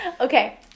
Okay